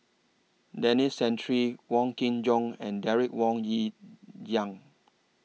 Denis Santry Wong Kin Jong and Derek Wong Liang